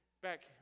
back